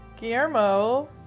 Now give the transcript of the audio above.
Guillermo